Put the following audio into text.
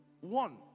One